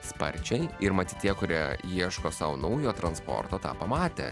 sparčiai ir matyt tie kurie ieško sau naujo transporto tą pamatę